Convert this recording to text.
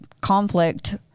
conflict